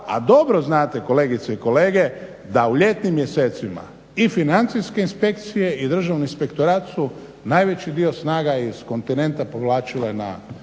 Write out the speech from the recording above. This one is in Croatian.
a dobro znate kolegice i kolege da u ljetnim mjesecima i financijske inspekcije i Državni inspektorat su najveći dio snaga iz kontinenta povlačile na